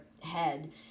head